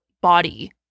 body